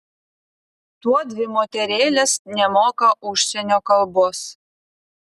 tuodvi moterėlės nemoka užsienio kalbos